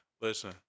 Listen